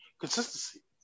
consistency